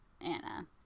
Anna